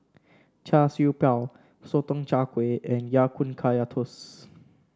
Char Siew Bao Sotong Char Kway and Ya Kun Kaya Toast